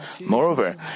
Moreover